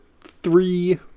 three